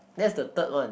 that's the third one